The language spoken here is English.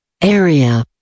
area